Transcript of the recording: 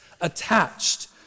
attached